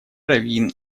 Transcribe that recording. раввин